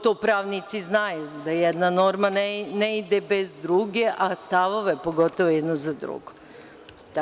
To pravnici znaju da jedna norma ne ide bez druge, a stavove, pogotovo, jedan za drugim.